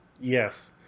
yes